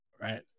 right